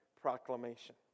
proclamation